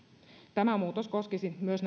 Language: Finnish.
tämä muutos koskisi myös